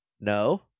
no